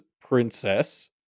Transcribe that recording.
princess